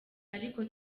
ariko